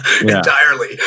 entirely